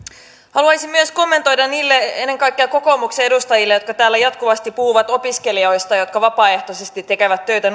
haluaisin myös kommentoida niille ennen kaikkea kokoomuksen edustajille jotka täällä jatkuvasti puhuvat opiskelijoista jotka vapaaehtoisesti tekevät töitä